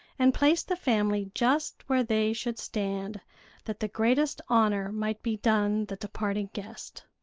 and placed the family just where they should stand that the greatest honor might be done the departing guest.